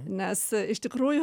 nes iš tikrųjų